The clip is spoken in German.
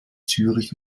zürich